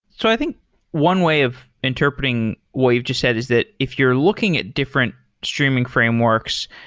so i think one way of interpreting what you've just said is that if you're looking at different streaming frameworks,